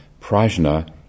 Prajna